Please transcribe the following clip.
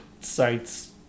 sites